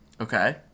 Okay